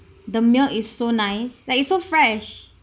the milk is so nice like it's so fresh